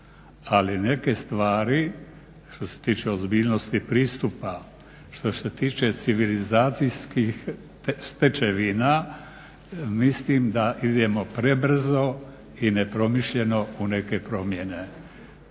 ali neke stvari što se tiče ozbiljnosti pristupa, što se tiče civilizacijskih stečevina, mislim da idemo prebrzo i nepromišljeno u neke promjene.